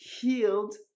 healed